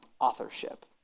authorship